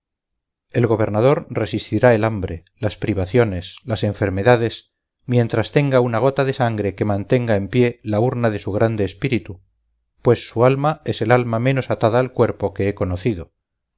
el gobernador resistirá el hambre las privaciones las enfermedades mientras tenga una gota de sangre que mantenga en pie la urna de su grande espíritu pues su alma es el alma menos atada al cuerpo que he conocido